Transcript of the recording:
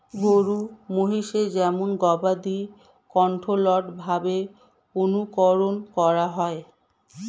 গরু মহিষের যেমন গবাদি কন্ট্রোল্ড ভাবে অনুকরন করা হয়